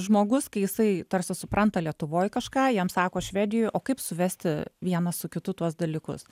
žmogus kai jisai tarsi supranta lietuvoj kažką jam sako švedijoj o kaip suvesti vieną su kitu tuos dalykus